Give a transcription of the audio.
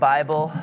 Bible